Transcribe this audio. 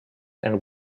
and